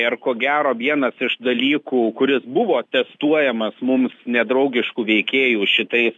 ir ko gero vienas iš dalykų kuris buvo testuojamas mums nedraugiškų veikėjų šitais